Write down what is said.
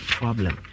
problem